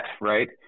right